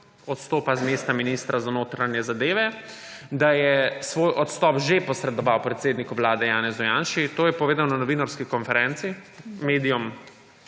odstopa z mesta ministra za notranje zadeve, da je svoj odstop že posredoval predsedniku Vlade Janezu Janši. To je povedal na novinarski konferenci, medijem